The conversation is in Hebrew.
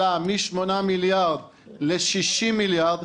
עלה משמונה מיליארד ל-60 מיליארד.